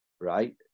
Right